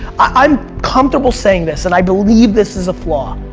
i'm comfortable saying this and i believe this is a flaw.